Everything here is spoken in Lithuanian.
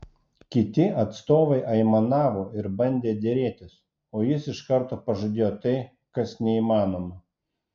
kiti atstovai aimanavo ir bandė derėtis o jis iš karto pažadėjo tai kas neįmanoma